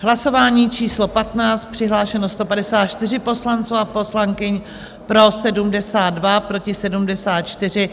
Hlasování číslo 15, přihlášeno 154 poslanců a poslankyň, pro 72, proti 74.